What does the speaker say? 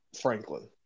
Franklin